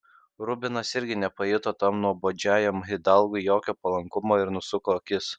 rubinas irgi nepajuto tam nuobodžiajam hidalgui jokio palankumo ir nusuko akis